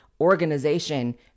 organization